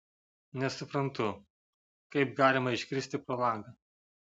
nesuprantu kaip galima iškristi pro langą